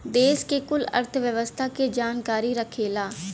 देस के कुल अर्थव्यवस्था के जानकारी रखेला